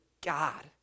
God